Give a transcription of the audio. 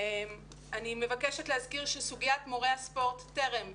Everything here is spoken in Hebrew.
אני מבקשת להזכיר שסוגיית מורי הספורט טרם נפתרה,